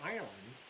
Ireland